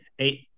eight